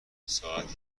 ساعت